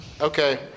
Okay